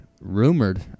Rumored